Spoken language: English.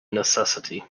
necessity